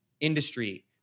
industry